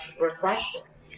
reflections